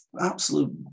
absolute